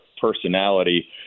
personality